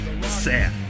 Sad